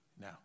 Now